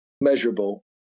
measurable